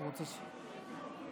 זכויות הנשים, זכויות הנשים.